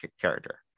character